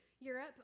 Europe